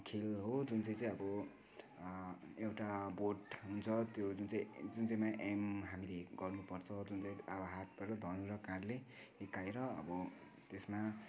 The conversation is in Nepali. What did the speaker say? खेल हो जुन चाहिँ चाहिँ अब एउटा बोर्ड हुन्छ त्यो जुन चाहिँ जुन चाहिँमा एम हामीले गर्नु पर्छ जुन चाहिँ अब हातबाट धनु र काँडले हिर्काएर अब त्यसमा